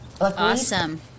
Awesome